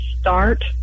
start